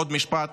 עוד משפט,